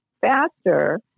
faster